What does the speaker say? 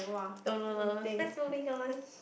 no no no no let's moving on